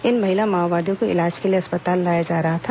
इन महिला माओवादियों को इलाज के लिए अस्पताल लाया जा रहा था